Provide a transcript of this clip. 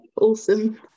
awesome